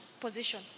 position